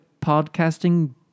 podcasting